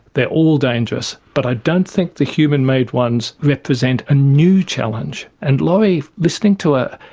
they are all dangerous, but i don't think the human made ones represent a new challenge. and laurie, listening to her,